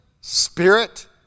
spirit